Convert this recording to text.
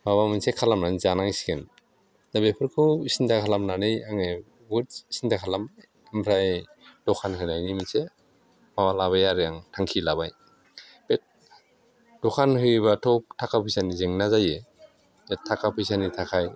माबा मोनसे खालामनानै जानांसिगोन दा बेफोरखौ सिन्था खालामनानै आङो बहुद सिन्था खालामबाय ओमफ्राय दखान होनायनि मोनसे माबा लाबाय आरो आं थांखि लाबाय बे दखान होयोबाथ' थाखा फैसानि जेंना जायो बे थाखा फैसानि थाखाय